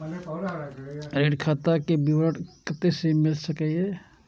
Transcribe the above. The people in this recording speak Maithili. ऋण खाता के विवरण कते से मिल सकै ये?